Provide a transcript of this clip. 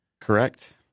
Correct